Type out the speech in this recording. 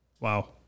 Wow